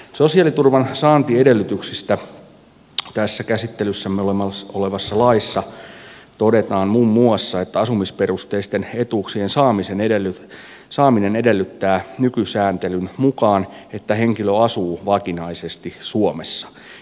sosiaaliturvan saantiedellytyksistä tässä käsittelyssämme olevassa laissa todetaan muun muassa että asumisperusteisten etuuksien saaminen edellyttää nykysääntelyn mukaan että henkilö asuu vakinaisesti suomessa